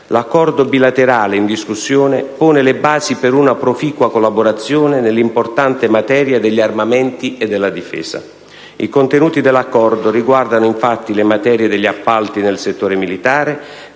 l'Accordo bilaterale in discussione pone le basi per una proficua collaborazione nell'importante materia degli armamenti e della difesa. I contenuti dell'Accordo riguardano, infatti, le materie degli appalti nel settore militare,